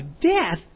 death